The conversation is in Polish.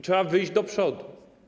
Trzeba wyjść do przodu.